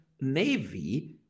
Navy